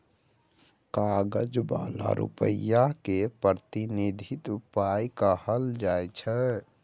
कागज बला रुपा केँ प्रतिनिधि पाइ कहल जाइ छै